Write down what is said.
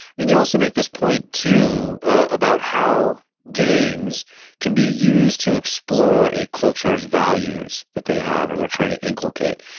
then you also make this point too about how games can be used to explore a culture's values that they have or they're trying to inculcate.